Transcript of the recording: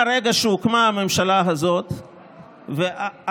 מהרגע שהוקמה הממשלה הזאת ועד